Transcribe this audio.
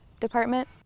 department